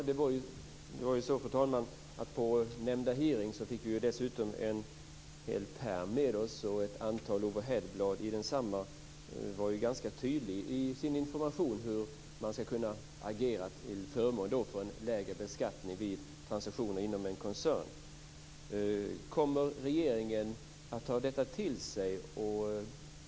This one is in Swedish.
Fru talman! Det var dessutom så att vi på nämnda hearing fick en hel pärm med oss. Ett antal overheadblad i densamma var ju ganska tydliga i sin information när det gäller hur man skulle kunna agera för en lägre beskattning vid transaktioner inom en koncern. Kommer regeringen att ta detta till sig?